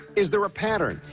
is there a pattern?